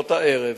בשעות הערב.